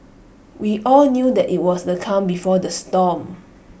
we all knew that IT was the calm before the storm